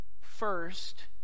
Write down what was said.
First